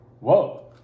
whoa